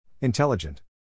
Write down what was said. Intelligent